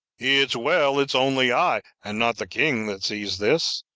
it's well it's only i, and not the king, that sees this,